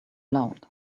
loud